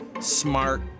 smart